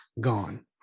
gone